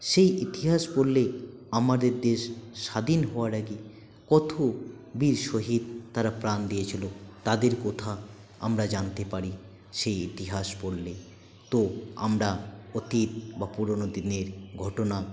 সেই ইতিহাস পড়লে আমাদের দেশ স্বাধীন হওয়ার আগে কত বীর শহিদ তারা প্রাণ দিয়েছিল তাদের কথা আমরা জানতে পারি সেই ইতিহাস পড়লে তো আমরা অতীত বা পুরোনো দিনের ঘটনা